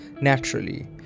naturally